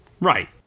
Right